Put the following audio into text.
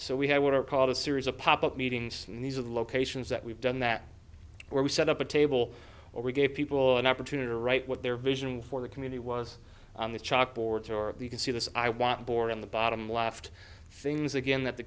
so we have what are called a series of pop up meetings and these are the locations that we've done that where we set up a table or we gave people an opportunity to write what their vision for the community was on the chalkboard or you can see this i want board on the bottom left things again that the